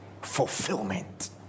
fulfillment